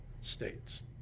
states